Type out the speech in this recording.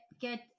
get